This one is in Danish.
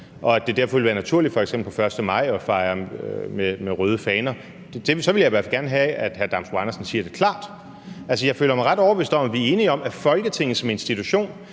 venstrefløjen, vil det være naturligt f.eks. at fejre 1. maj med røde faner. Så vil jeg i hvert fald gerne have, at hr. Lennart Damsbo-Andersen siger det klart. Altså, jeg føler mig ret overbevist om, at vi er enige om, at Folketinget som institution